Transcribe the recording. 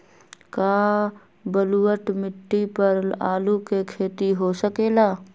का बलूअट मिट्टी पर आलू के खेती हो सकेला?